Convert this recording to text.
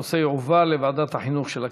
הנושא יועבר לוועדת החינוך של הכנסת.